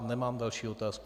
Nemám další otázky.